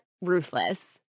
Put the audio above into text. Ruthless